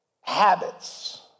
habits